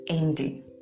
ending